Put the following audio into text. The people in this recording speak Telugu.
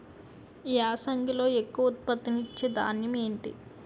యాసంగిలో ఎక్కువ ఉత్పత్తిని ఇచే ధాన్యం ఏంటి?